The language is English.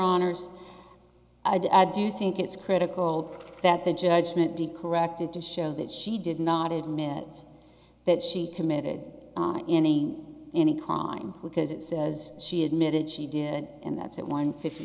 honour's do you think it's critical that the judgment be corrected to show that she did not admit that she committed any any con because it says she admitted she did and that's it one fift